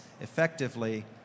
effectively